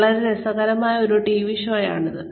വളരെ രസകരമായ ഒരു ടിവി ഷോയാണിത്